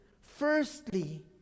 firstly